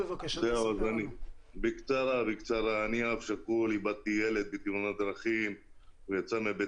בבאר שבע, ברחוב